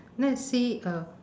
let's see um